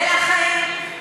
ולכן,